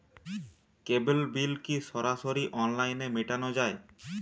কেবল bill কি সরাসরি অনলাইনে মেটানো য়ায়?